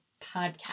podcast